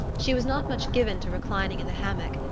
she was not much given to reclining in the hammock,